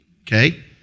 okay